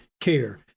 care